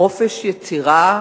חופש יצירה,